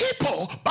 people